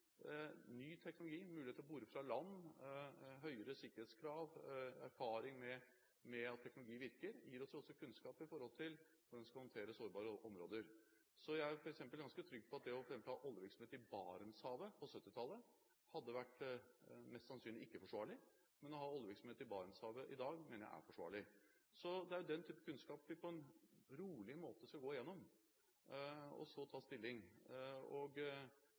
mulighet til å bore fra land, høyere sikkerhetskrav og erfaring med at teknologi virker, gir oss kunnskap om hvordan vi skal håndtere sårbare områder. Jeg er ganske trygg på at f.eks. det å ha oljevirksomhet i Barentshavet på 1970-tallet mest sannsynlig ikke hadde vært forsvarlig, men å ha oljevirksomhet i Barentshavet i dag mener jeg er forsvarlig. Det er den type kunnskap vi på en rolig måte skal gå igjennom, og så ta stilling.